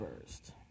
first